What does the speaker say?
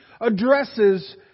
addresses